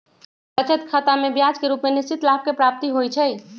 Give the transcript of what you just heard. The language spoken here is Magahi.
बचत खतामें ब्याज के रूप में निश्चित लाभ के प्राप्ति होइ छइ